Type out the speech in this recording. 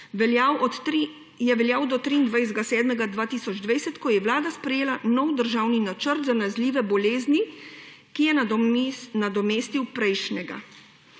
je veljal do 23. 7. 2020, ko je vlada sprejela nov državni načrt za nalezljive bolezni, ki je nadomestil prejšnjega.